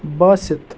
Basit